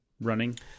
running